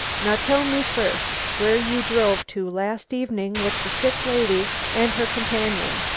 now tell me first where you drove to last evening with the sick lady and her companion?